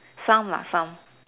some lah some